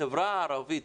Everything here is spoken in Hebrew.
בחברה הערבית,